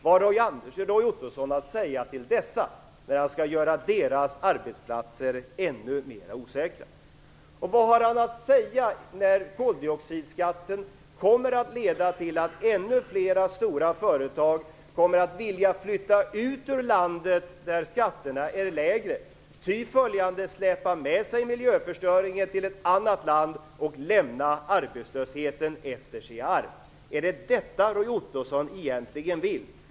Vad har Roy Ottosson att säga till dem när han skall göra deras arbetsplatser ännu mer osäkra? Vad har han att säga när koldioxidskatten kommer att leda till att ännu fler stora företag kommer att vilja flytta ut ur landet, dit där skatterna är lägre, och ty följande släpa med sig miljöförstöringen till ett annat land och lämna arbetslösheten efter sig i arv? Är det detta Roy Ottosson egentligen vill?